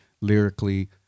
lyrically